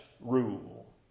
rule